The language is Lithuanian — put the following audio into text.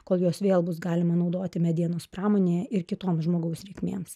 kol juos vėl bus galima naudoti medienos pramonėje ir kitoms žmogaus reikmėms